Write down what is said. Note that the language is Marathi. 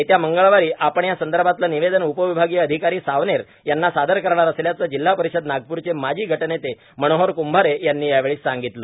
येत्या मंगळवारी आपण या संदर्भातल्या निवेदन उपविभागीय अधिकारी सावनेर यांना सादर करणार असल्याचं जिल्हा परिषद नागपूरचे माजी गटनेते मनोहर कृंभारे यांनी यावेळी सांगितलं